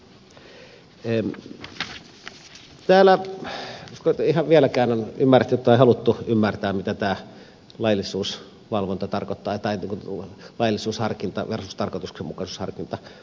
en usko että täällä ihan vieläkään on ymmärretty tai haluttu ymmärtää mitä tarkoittaa laillisuusharkinta versus tarkoituksenmukaisuusharkinta